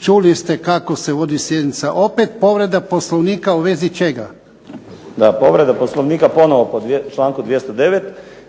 Čuli ste kako se vodi sjednica. Opet povreda Poslovnika u vezi čega? **Burić, Dinko (HDSSB)** Da, povreda Poslovnika ponovo po članku 209.